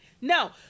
No